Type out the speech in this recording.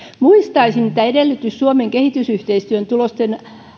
muistaisin että edellytys suomen kehitysyhteistyön tulosten